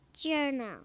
Journal